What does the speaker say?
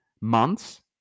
months